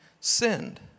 sinned